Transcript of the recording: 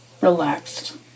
Relaxed